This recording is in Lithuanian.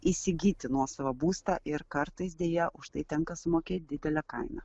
įsigyti nuosavą būstą ir kartais deja už tai tenka sumokėt didelę kainą